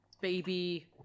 baby